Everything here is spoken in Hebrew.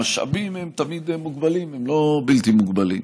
המשאבים הם תמיד מוגבלים, הם לא בלתי מוגבלים.